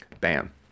Bam